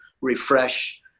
refresh